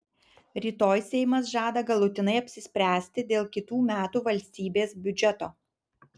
rytoj seimas žada galutinai apsispręsti dėl kitų metų valstybės biudžeto